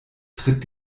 tritt